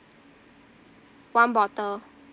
one bottle